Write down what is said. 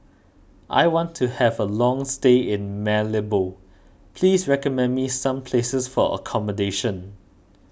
I want to have a long stay in Malabo please recommend me some places for accommodation